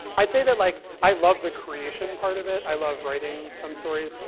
i'd say that like i love the creation part of it. i love writing some stories.